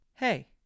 Hey